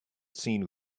seen